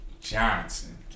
Johnson